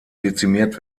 dezimiert